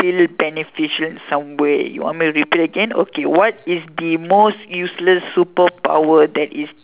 still beneficial in some way you want me to repeat again okay what is the most useless superpower that is